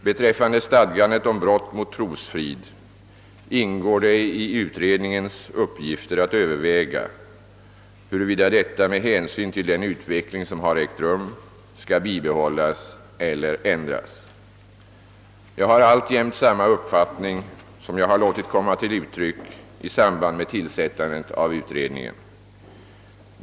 Beträffande stadgandet om brott mot trosfrid ingår det i utredningsmannens uppgifter att överväga, huruvida detta med hänsyn till den utveckling som ägt rum skall bibehållas eller ändras. Jag har alltjämt samma uppfattning som jag har låtit komma till uttryck i samband med tillsättandet av utredningen.